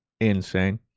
insane